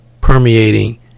permeating